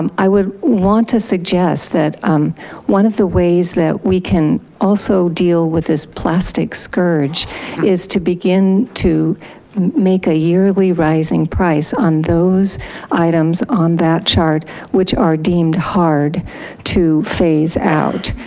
um i would want to suggest that one of the ways that we can also deal with this plastic scourge is to begin to make a yearly rising price on those items on that chart which are deemed hard to phase to out.